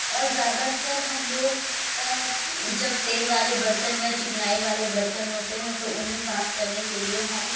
اور زیادہ تر ہم لوگ جب تیل والے برتن یا چکنائی والے برتن ہوتے ہیں تو انہیں صاف کرنے کے لیے ہم